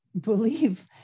believe